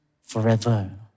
forever